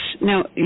Now